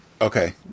Okay